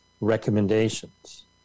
Recommendations